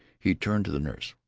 he turned to the nurse.